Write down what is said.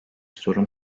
sorun